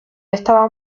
estaba